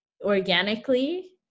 organically